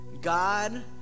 God